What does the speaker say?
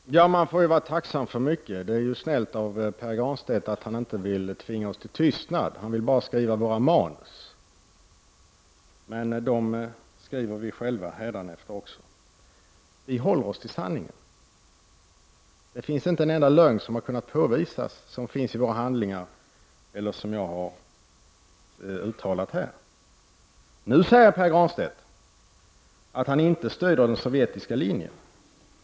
Herr talman! Man får vara tacksam för mycket. Det är snällt av Pär Granstedt att han inte vill tvinga oss till tystnad. Han vill bara skriva våra manus. Men dem skriver vi själva hädanefter också. Vi håller oss till sanningen. Inte en enda lögn har kunnat påvisas i våra handlingar eller i det jag har uttalat här. Nu säger Pär Granstedt att han inte stöder den sovjetiska linjen.